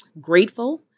grateful